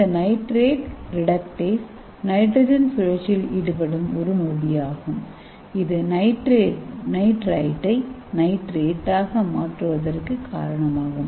இந்த nitrate reductase nitrogen சுழற்சியில் ஈடுபடும் ஒரு நொதியாகும் இது நைட்ரேட்டை நைட்ரேட்டாக மாற்றுவதற்கு காரணமாகும்